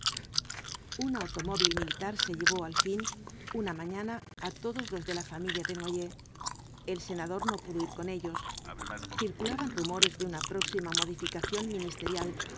un automóvil miiitar se llevó al ñn una mañana á todos los de la familia desnoyers el senador no pudo ir con ellos circulaban rumores de una próxima modificación ministerial